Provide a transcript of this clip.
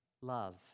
love